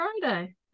Friday